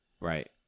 Right